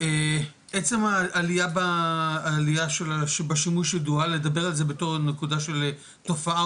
עצם העלייה שבשימוש אז לדבר על זה בתור נקודה של תופעה,